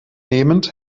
nehmend